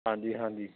ਹਾਂਜੀ ਹਾਂਜੀ